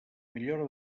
millora